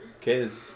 kids